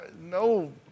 no